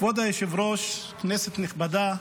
כבוד היושב-ראש, כנסת נכבדה,